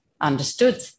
understood